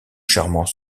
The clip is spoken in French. charmant